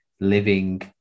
living